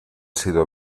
sido